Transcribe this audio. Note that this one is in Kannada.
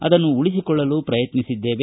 ಅದನ್ನು ಉಳಿಸಿಕೊಳ್ಳಲು ಪ್ರಯತ್ನಿಸಿದ್ದೇವೆ